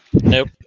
Nope